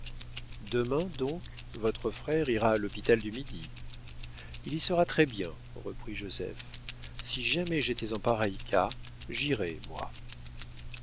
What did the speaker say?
demain donc votre frère ira à l'hôpital du midi il y sera très-bien reprit joseph si jamais j'étais en pareil cas j'irais moi